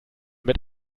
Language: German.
mit